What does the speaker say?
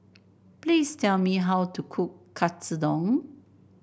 please tell me how to cook Katsudon